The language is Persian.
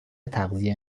تغذیه